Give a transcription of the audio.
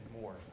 more